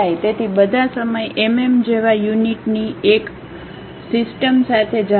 તેથી બધા સમય એમએમ જેવા યુનિટ ની એક ઉહ એક સિસ્ટમ સાથે જાઓ